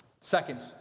Second